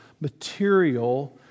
material